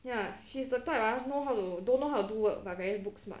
ya she's the type ah know how to don't know how to work but very book smart